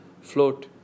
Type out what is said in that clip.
float